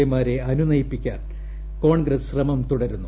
A മാരെ പ്രിയ്നുനയിപ്പിക്കാൻ കോൺഗ്രസ്സ് ശ്രമം തുടരുന്നു